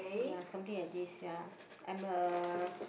ya something like this ya I'm a